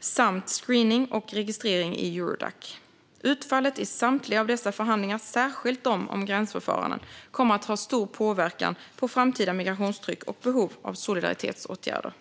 samt screening och registrering i Eurodac. Utfallet i samtliga dessa förhandlingar, särskilt de om gränsförfaranden, kommer att ha stor påverkan på framtida migrationstryck och behov av solidaritetsåtgärder.